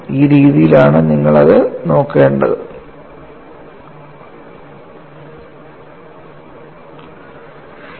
ഈ രീതിയിൽ നിങ്ങൾ അത് നോക്കേണ്ടതുണ്ട്